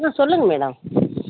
ஆ சொல்லுங்கள் மேடம்